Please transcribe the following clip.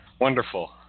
Wonderful